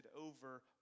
over